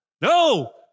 No